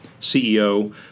CEO